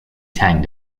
tang